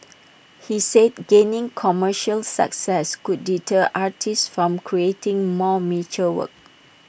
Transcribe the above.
he said gaining commercial success could deter artists from creating more mature work